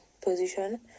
position